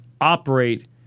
operate